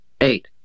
eight